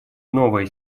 новая